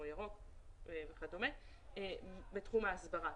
אור ירוק וכדומה בתחום ההסברה.